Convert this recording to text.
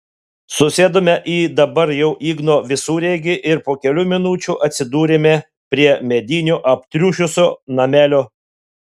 susėdome į dabar jau igno visureigį ir po kelių minučių atsidūrėme prie medinio aptriušusio namelio